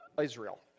Israel